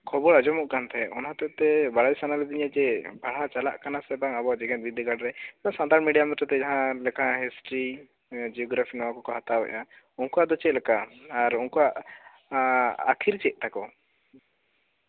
ᱠᱷᱚᱵᱚᱨ ᱟᱸᱡᱚᱢᱚᱜ ᱠᱟᱱ ᱛᱟᱦᱮᱸᱜ ᱚᱱᱟ ᱦᱚᱛᱮᱜ ᱛᱮ ᱵᱟᱲᱟᱭ ᱥᱟᱱᱟ ᱞᱤᱫᱤᱧᱟ ᱡᱮ ᱯᱟᱲᱦᱟᱣ ᱪᱟᱞᱟᱜ ᱠᱟᱱᱟ ᱥᱮ ᱵᱟᱝ ᱟᱵᱚᱣᱟᱜ ᱡᱮᱜᱮᱛ ᱵᱤᱨᱫᱟᱹᱜᱟᱲᱨᱮ ᱥᱟᱱᱛᱟᱲᱤ ᱢᱤᱰᱤᱭᱟᱢ ᱦᱚᱛᱮᱜᱛᱮ ᱡᱟᱦᱟᱸ ᱞᱮᱠᱟ ᱦᱤᱥᱴᱤᱨᱤ ᱡᱤᱭᱳᱜᱨᱟᱯᱷᱤ ᱱᱚᱣᱟ ᱠᱚᱠᱚ ᱦᱟᱛᱟᱣ ᱮᱜᱼᱟ ᱩᱱᱠᱩᱣᱟᱜ ᱫᱚ ᱪᱮᱫ ᱞᱮᱠᱟ ᱟᱨ ᱩᱱᱠᱩᱣᱟᱜ ᱟᱹᱠᱷᱤᱨ ᱪᱮᱫ ᱛᱟᱠᱚ